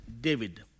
David